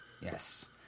Yes